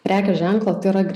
prekės ženklo tai yra